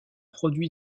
produit